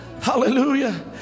Hallelujah